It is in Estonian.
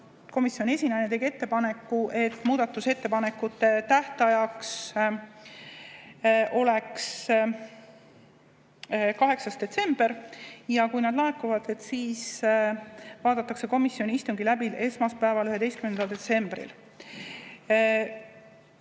Komisjoni esinaine tegi ettepaneku, et muudatusettepanekute tähtajaks oleks 8. detsember ja kui [ettepanekud] laekuvad, siis vaadatakse need komisjoni istungil läbi esmaspäeval, 11. detsembril.